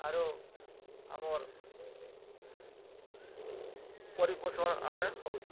ଆରୁ ଆମର୍ ପରିପୋଷଣ ଆମେ ହଉଛୁ